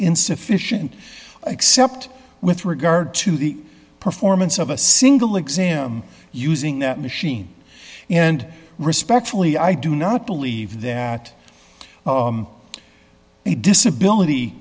insufficient except with regard to the performance of a single exam using that machine and respectfully i do not believe that a disability